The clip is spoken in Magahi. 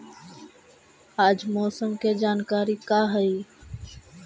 आज मौसम के जानकारी का हई?